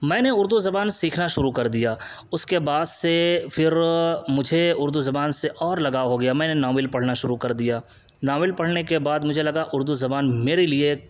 میں نے اردو زبان سیکھنا شروع کر دیا اس کے بعد سے پھر مجھے اردو زبان سے اور لگاؤ ہو گیا میں نے ناول پڑھنا شروع کر دیا ناول پڑھنے کے بعد مجھے لگا اردو زبان میرے لیے